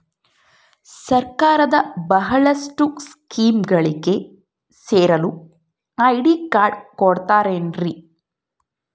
ಸರ್ಕಾರದ ಬಹಳಷ್ಟು ಸ್ಕೇಮುಗಳಿಗೆ ಸೇರಲು ಐ.ಡಿ ಕಾರ್ಡ್ ಕೊಡುತ್ತಾರೇನ್ರಿ?